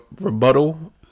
rebuttal